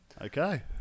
Okay